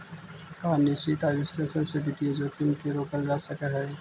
का निश्चित आय विश्लेषण से वित्तीय जोखिम के रोकल जा सकऽ हइ?